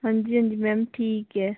हाँ जी हाँ जी मैम ठीक है